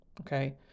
Okay